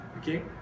Okay